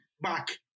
back